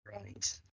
Right